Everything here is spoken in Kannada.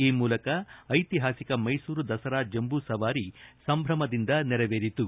ಈ ಮೂಲಕ ಐತಿಹಾಸಿಕ ಮೈಸೂರು ದಸರಾ ಜಂಬೂ ಸವಾರಿ ಸಂಭ್ರಮದಿಂದ ನೆರವೇರಿತು